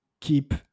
keep